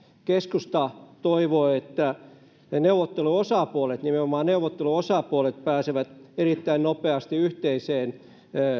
keskusta toivoo että neuvotteluosapuolet nimenomaan neuvotteluosapuolet pääsevät erittäin nopeasti yhteiseen